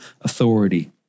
authority